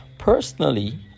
personally